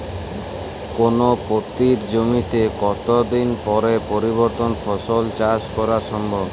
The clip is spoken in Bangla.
কোনো পতিত জমিতে কত দিন পরে পরবর্তী ফসল চাষ করা সম্ভব?